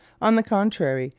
on the contrary,